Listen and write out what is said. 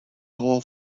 all